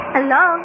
Hello